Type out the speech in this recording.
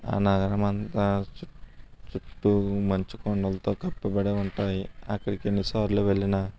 ఆ నగరం అంతా చుట్టు మంచు కొండలతో కప్పబడి ఉంటాయి అక్కడికి ఎన్నిసార్లు వెళ్ళిన